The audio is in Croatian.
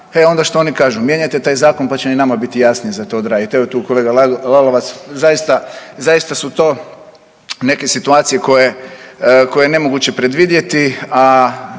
onda što oni kažu mijenjajte taj zakon pa će i nama biti jasnije to za odraditi. Evo tu je kolega Lalovac, zaista su to neke situacije koje je nemoguće predvidjeti,